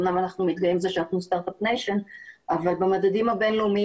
אמנם אנחנו מתגאים בזה שאנחנו סטרטאפ ניישן אבל במדדים הבינלאומיים